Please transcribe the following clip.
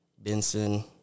Benson